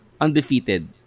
undefeated